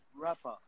rapper